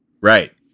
right